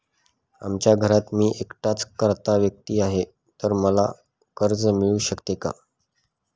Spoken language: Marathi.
आमच्या घरात मी एकटाच कर्ता व्यक्ती आहे, तर मला कर्ज मिळू शकते का?